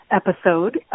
episode